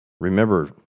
Remember